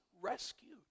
rescued